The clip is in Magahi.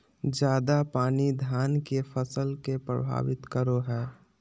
ज्यादा पानी धान के फसल के परभावित करो है?